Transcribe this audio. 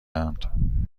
اند